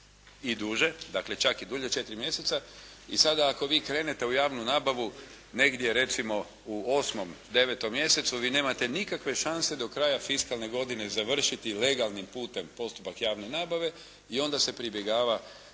i dulje. Dakle, čak i dulje od četiri mjeseca. I sada ako vi krenete u javnu nabavu negdje recimo u osmom, devetom mjesecu vi nemate nikakve šanse do kraja fiskalne godine završiti legalnim putem postupak javne nabave i onda se pribjegava